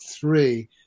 three